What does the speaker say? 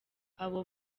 abo